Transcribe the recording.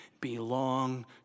belong